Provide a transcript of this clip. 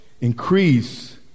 increase